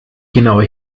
genaue